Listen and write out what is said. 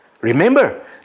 Remember